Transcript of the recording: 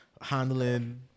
handling